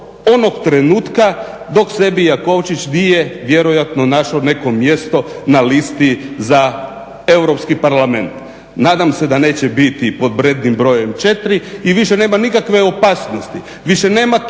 onog trenutka dok sebi Jakovčić nije vjerojatno našao neko mjesto na listi za Europski parlament. Nadam se da neće biti pod rednim brojem 4 i više nema nikakve opasnosti, više nema